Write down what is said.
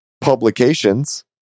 publications